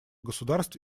государств